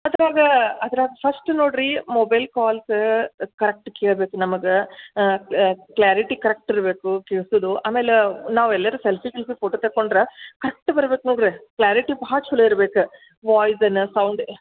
ಅದ್ರಾಗೆ ಅದ್ರಾಗೆ ಫಸ್ಟ್ ನೋಡಿರಿ ಮೊಬೈಲ್ ಕಾಲ್ಸ್ ಕರೆಕ್ಟ್ ಕೇಳ್ಬೇಕು ನಮಗೆ ಕ್ಲಾರಿಟಿ ಕರೆಕ್ಟ್ ಇರಬೇಕು ಕೇಳ್ಸೋದು ಆಮೇಲೆ ನಾವೆಲ್ಲಾರೂ ಸೆಲ್ಫಿ ಗಿಲ್ಫಿ ಫೋಟೋ ತೆಕ್ಕೊಂಡ್ರೆ ಕರೆಕ್ಟ್ ಬರ್ಬೇಕು ನೋಡಿರಿ ಕ್ಲಾರಿಟಿ ಭಾಳ ಚೊಲೋ ಇರ್ಬೇಕು ವಾಯ್ಸ್ ಎಲ್ಲ ಸೌಂಡ್